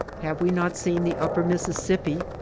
have we not seen the upper mississippi,